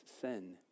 sin